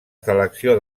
selecció